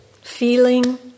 feeling